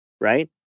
right